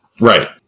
Right